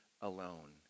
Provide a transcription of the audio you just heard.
alone